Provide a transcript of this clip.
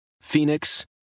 Phoenix